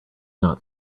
not